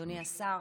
אדוני השר,